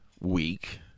week